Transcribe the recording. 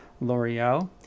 L'Oreal